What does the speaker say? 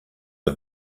are